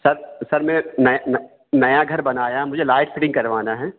sir तो sir मैं नया घर बनवाया है मुझे लाइट फिटिन्ग करवानी है